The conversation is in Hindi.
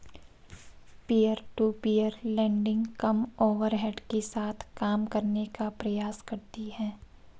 पीयर टू पीयर लेंडिंग कम ओवरहेड के साथ काम करने का प्रयास करती हैं